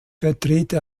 vertrete